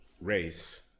race